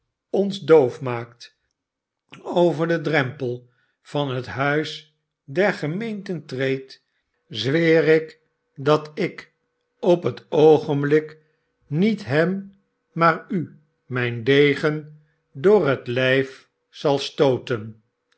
ons doof maakt over den drempel van het huis der gemeeriten treedt zweer ik dat ik op het oogenblik niet hem maar u mijn degen door het lijf zal stooten